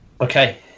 Okay